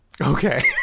Okay